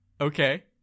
Okay